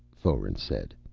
foeren said.